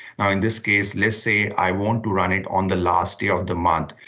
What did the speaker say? now, in this case, let's say i want to run it on the last day of the month.